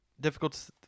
difficult